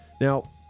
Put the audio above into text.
Now